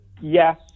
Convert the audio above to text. yes